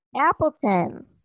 appleton